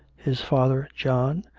his father john,